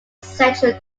central